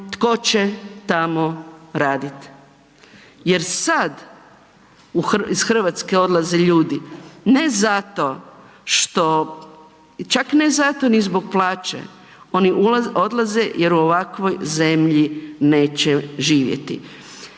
tko će tamo raditi. Jer sad iz Hrvatske odlaze ljudi ne zato što, čak ne zato ni zbog plaće oni odlaze jer u ovakvoj zemlji neće živjeti.